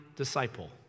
disciple